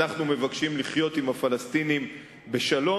אנחנו מבקשים לחיות עם הפלסטינים בשלום